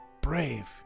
brave